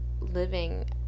Living